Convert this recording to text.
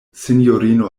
sinjorino